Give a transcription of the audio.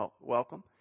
welcome